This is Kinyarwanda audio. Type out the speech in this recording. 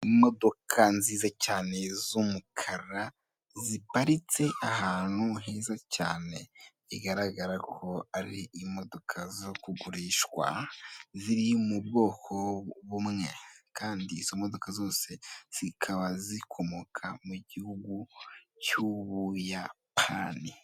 imodoka nziza cyane z'umukara ziparitse ahantu haza cyane bigaragara ko ari imodoka zo kugurishwa ziri mu bwoko bumwe kandi zose zikaba zikomoka mu gihugu cy'ubuyapani.